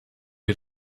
wir